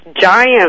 giant